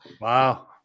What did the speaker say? Wow